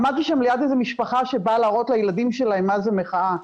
עמדתי שם ליד איזה משפחה שבאה להראות לילדים שלהם מה זה מחאה,